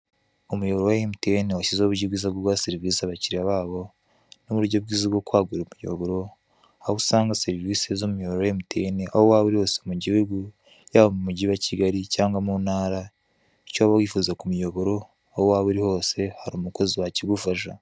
Umuyoboro wa MTN washyizeho uburyo bwiza bwo guha serivise abakiriya babo nuburyo bwiza bwo kwagura umuyoboro aho usanga serivise z'umuyoboro wa MTN aho waba uri hose mugihugu yaba mumugi wa Kigali cyangwa muntara, icyo waba wifuza kumuyoboro aho waba uri hose hari umukozi wakigufasha.